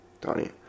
Donnie